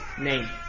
name